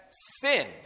Sin